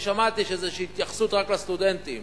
אני שמעתי שיש התייחסות רק לסטודנטים: